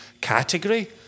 category